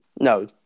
No